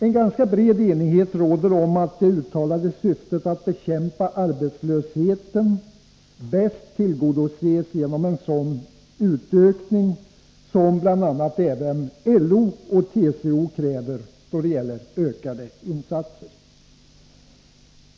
En ganska bred enighet råder om att det uttalade syftet att bekämpa arbetslösheten bäst tillgodoses genom en sådan utökning som bl.a. även LO och TCO kräver då det gäller ökade insatser.